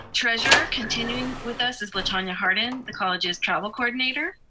treasurer, continuing with us is latonyua harden, the college's travel coordinator.